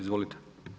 Izvolite.